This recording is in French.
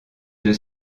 deux